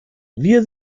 wir